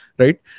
Right